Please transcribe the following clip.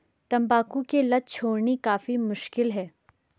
तंबाकू की लत छोड़नी काफी मुश्किल है